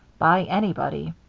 by anybody